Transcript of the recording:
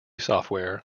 software